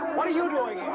what are you doing